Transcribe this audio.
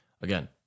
Again